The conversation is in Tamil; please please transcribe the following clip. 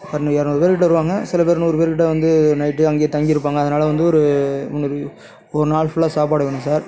ஒரு இரநூறு பேர் கிட்ட வருவாங்கள் சில பேர் நூறு பேர் கிட்ட வந்து நைட்டு அங்கேயே தங்கிருப்பாங்கள் அதனால் வந்து ஒரு முந்நூறு ஒரு நாள் ஃபுல்லாக சாப்பாடு வேணும் சார்